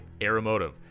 Aeromotive